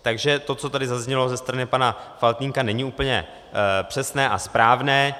Takže to, co tady zaznělo ze strany pana Faltýnka, není úplně přesné a správné.